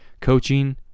coaching